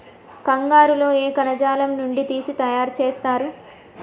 కంగారు లో ఏ కణజాలం నుండి తీసి తయారు చేస్తారు?